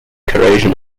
corrosion